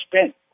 spent